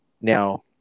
Now